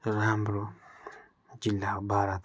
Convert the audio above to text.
राम्रो जिल्ला हो भारतको